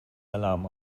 alarm